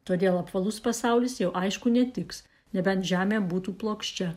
todėl apvalus pasaulis jau aišku netiks nebent žemė būtų plokščia